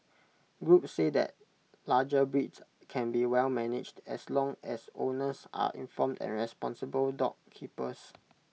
groups say that larger breeds can be well managed as long as owners are informed and responsible dog keepers